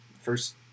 first